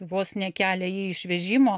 vos ne kelia jį iš vežimo